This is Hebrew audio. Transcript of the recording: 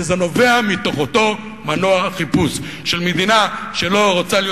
שזה נובע מתוך אותו מנוע חיפוש של מדינה שלא רוצה להיות